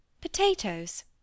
Potatoes